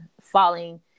falling